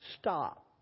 Stop